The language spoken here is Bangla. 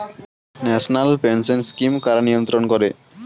ন্যাশনাল পেনশন স্কিম কারা নিয়ন্ত্রণ করে?